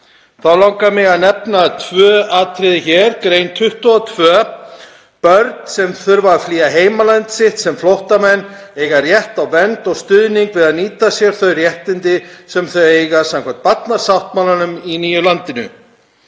þá langar mig að nefna tvö atriði hér. Grein 22: „Börn sem þurfa að flýja heimaland sitt sem flóttamenn eiga rétt á vernd og stuðningi við að nýta sér þau réttindi sem þau eiga samkvæmt Barnasáttmálanum í nýja landinu.“